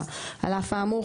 כ-"Aroma"; על אף האמור,